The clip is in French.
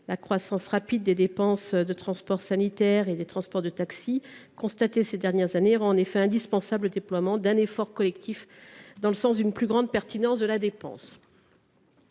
La croissance rapide des dépenses de transport sanitaire, notamment de taxi, constatée ces dernières années rend indispensable le déploiement d’un effort collectif dans le sens d’une plus grande pertinence de la dépense.